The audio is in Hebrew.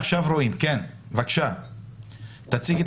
תודה רבה.